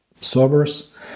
servers